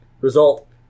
Result